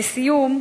לסיום,